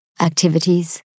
activities